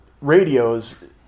radios